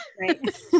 Right